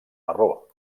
marró